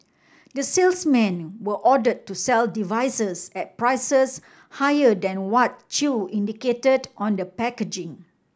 the salesmen were ordered to sell devices at prices higher than what Chew indicated on the packaging